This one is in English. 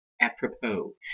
apropos